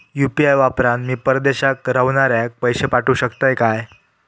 UPI वापरान मी परदेशाक रव्हनाऱ्याक पैशे पाठवु शकतय काय?